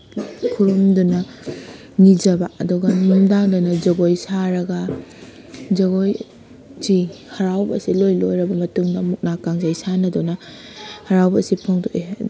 ꯈꯨꯔꯨꯝꯗꯨꯅ ꯅꯤꯖꯕ ꯑꯗꯨꯒ ꯅꯨꯡꯗꯥꯡꯗꯅ ꯖꯒꯣꯏ ꯁꯥꯔꯒ ꯖꯒꯣꯏꯁꯤ ꯍꯔꯥꯎꯕꯁꯤ ꯂꯣꯏ ꯂꯣꯏꯔꯕ ꯃꯇꯨꯡꯗ ꯃꯨꯛꯅꯥꯀ ꯀꯥꯡꯖꯩ ꯁꯥꯟꯅꯗꯨꯅ ꯍꯔꯥꯎꯕꯁꯦ ꯐꯣꯡꯗꯣꯛꯑꯦ